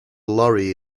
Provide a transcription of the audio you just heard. lorry